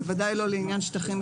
בוודאי לא לעניין שטחים מסחריים.